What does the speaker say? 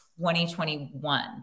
2021